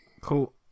Cool